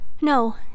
No